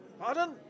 Pardon